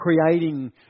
creating